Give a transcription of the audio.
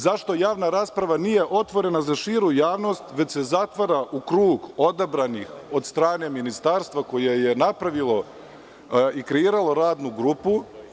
Zašto javna rasprava nije otvorena za širu javnost, već se zatvara u krug odabranih od strane ministarstva, koje je napravilo i kreiralo radnu grupu?